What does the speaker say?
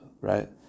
right